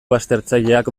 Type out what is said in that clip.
baztertzaileak